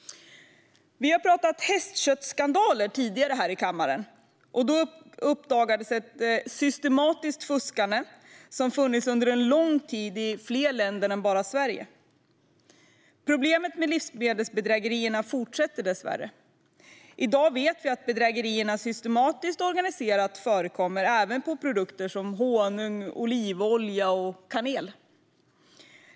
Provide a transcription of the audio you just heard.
Vi har tidigare här i kammaren pratat hästköttsskandaler, då det uppdagades ett systematiskt fuskande som funnits under en lång tid i fler länder än bara Sverige. Problemet med livsmedelsbedrägerier fortsätter dessvärre. I dag vet vi att bedrägerierna systematiskt och organiserat förekommer även med produkter som honung, olivolja och kanel.